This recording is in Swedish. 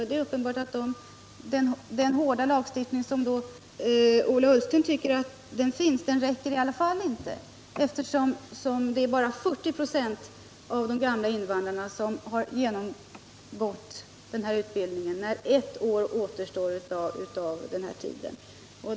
Den lagstiftning som finns — och som Ola Ullsten tycker är hård — räcker i alla fall inte, eftersom det bara är 40 96 av de gamla invandrarna som har genomgått denna utbildning när ett år återstår av den tid det här gäller.